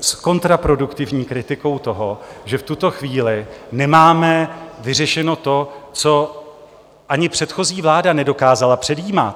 s kontraproduktivní kritikou toho, že v tuto chvíli nemáme vyřešeno to, co ani předchozí vláda nedokázala předjímat.